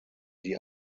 die